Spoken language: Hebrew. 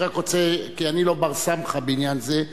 אני לא בר-סמכא בעניין זה,